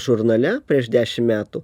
žurnale prieš dešim metų